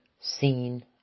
seen